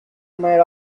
made